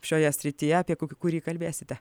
šioje srityje apie kurį kalbėsite